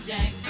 Jack